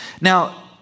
Now